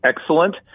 excellent